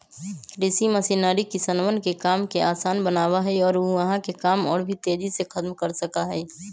कृषि मशीनरी किसनवन के काम के आसान बनावा हई और ऊ वहां काम के और भी तेजी से खत्म कर सका हई